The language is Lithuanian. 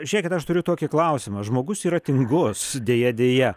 žiūrėkit aš turiu tokį klausimą žmogus yra tingus deja deja